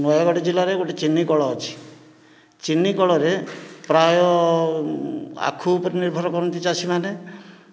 ନୟାଗଡ଼ ଜିଲ୍ଲାରେ ଗୋଟିଏ ଚିନି କଳ ଅଛି ଚିନି କଳରେ ପ୍ରାୟ ଆଖୁ ଉପରେ ନିର୍ଭର କରନ୍ତି ଚାଷୀମାନେ